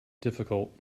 difficult